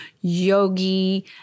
yogi